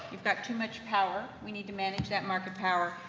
you've got too much power. we need to manage that market power.